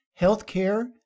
healthcare